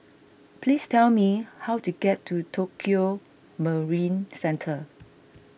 please tell me how to get to Tokio Marine Centre